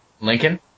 Lincoln